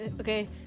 Okay